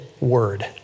word